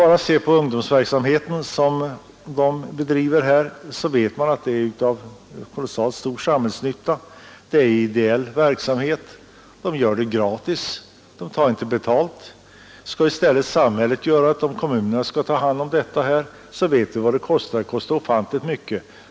Bara den ungdomsverksamhet som bedrivs är kolossalt samhällsnyttig — det är ideell verksamhet och arbetet utförs dessutom gratis. Vi vet att om samhället i stället skall svara för detta och kommunerna ha hand om verksamheten, så kostar det ofantligt mycket.